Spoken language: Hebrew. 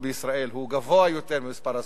בישראל הוא גבוה ממספר הסטודנטים,